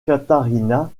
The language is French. catarina